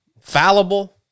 fallible